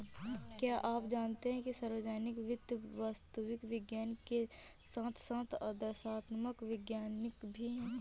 क्या आप जानते है सार्वजनिक वित्त वास्तविक विज्ञान के साथ साथ आदर्शात्मक विज्ञान भी है?